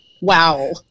wow